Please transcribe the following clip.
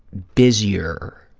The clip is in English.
busier,